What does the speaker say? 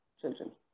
children